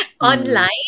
online